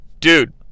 Dude